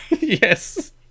Yes